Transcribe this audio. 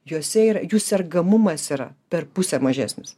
juose ir jų sergamumas yra per pusę mažesnis